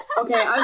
Okay